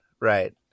Right